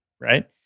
right